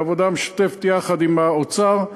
בעבודה משותפת יחד עם האוצר,